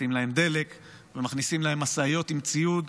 מכניסים להם דלק ומכניסים להם משאיות עם ציוד,